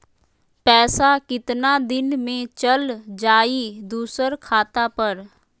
पैसा कितना दिन में चल जाई दुसर खाता पर?